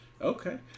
okay